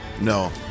No